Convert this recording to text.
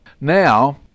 Now